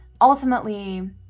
Ultimately